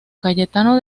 cayetano